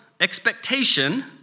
expectation